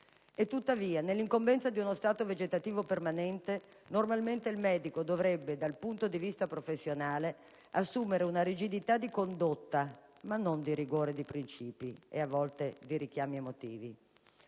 E tuttavia, nell'incombenza di uno stato vegetativo permanente, normalmente il medico dovrebbe, dal punto di vista professionale, assumere una rigidità di condotta, ma non di rigore e di princìpi ed a volte di richiami emotivi.